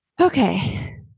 Okay